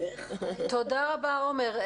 תודה רבה, עומר.